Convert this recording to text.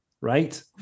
right